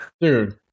dude